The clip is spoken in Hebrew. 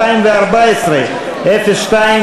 ל-2013, סעיף 02,